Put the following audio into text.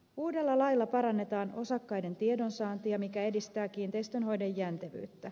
uudella lailla parannetaan osakkaiden tiedonsaantia mikä edistää kiinteistönhoidon jäntevyyttä